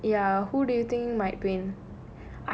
like ya who do you think might win